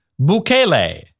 Bukele